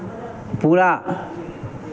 पूरा